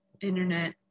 Internet